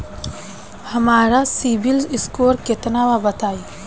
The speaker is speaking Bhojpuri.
हमार सीबील स्कोर केतना बा बताईं?